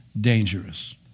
dangerous